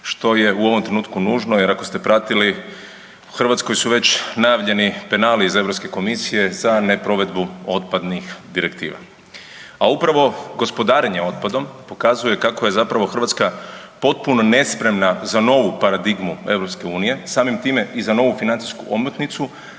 što je u ovom trenutku nužno jer ako ste pratili Hrvatskoj su već najavljeni penali iz Europske komisije za neprovedbu otpadnih direktiva. A upravo gospodarenje otpadom pokazuje kako je zapravo Hrvatska potpuno nespremna za novu paradigmu EU, samim time i za novu financijsku omotnicu,